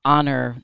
honor